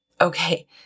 Okay